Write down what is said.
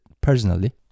personally